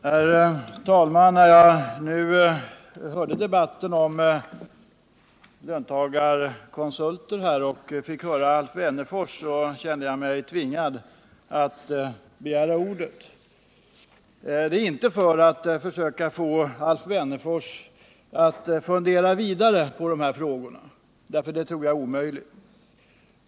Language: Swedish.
Herr talman! När jag hörde Alf Wennerfors tala om löntagarkonsulter kände jag mig tvingad att begära ordet. Jag gjorde det inte för att försöka få Alf Wennerfors att fundera vidare på dessa frågor — det tror jag är omöjligt.